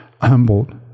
humbled